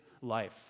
life